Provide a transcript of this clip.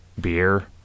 beer